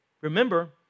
Remember